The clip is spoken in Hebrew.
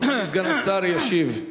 אדוני סגן השר ישיב.